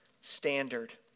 standard